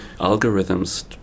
algorithms